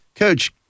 Coach